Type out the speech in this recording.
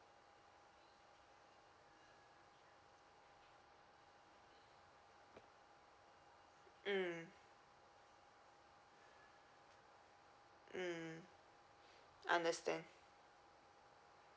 mm understand